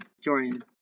Jordan